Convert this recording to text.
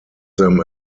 them